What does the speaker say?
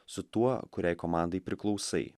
su tuo kuriai komandai priklausai